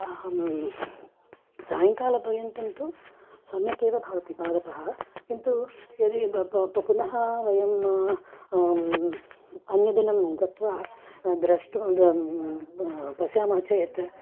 अहं सायङ्कालपर्यन्तं तु सम्यगेव भवति पादपः किन्तु यदि प प पुनः वयम् अन्यदिनं गत्वा द्रष्टुं यम्म् पश्यामः चेत्